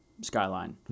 skyline